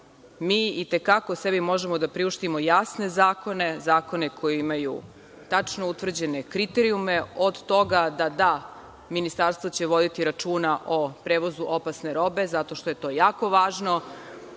i te kako sebi možemo da priuštimo jasne zakone, zakone koji imaju tačno utvrđene kriterijume od toga da će Ministarstvo voditi računa o prevozu opasne robe, zato što je to jako važno,